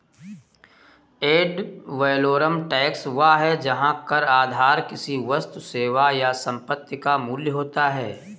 add valorem tax वह है जहां कर आधार किसी वस्तु, सेवा या संपत्ति का मूल्य होता है